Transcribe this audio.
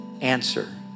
answer